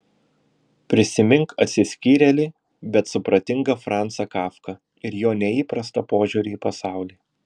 prisimink atsiskyrėlį bet supratingą francą kafką ir jo neįprastą požiūrį į pasaulį